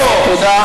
תודה.